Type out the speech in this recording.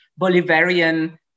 Bolivarian